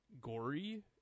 gory